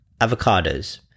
avocados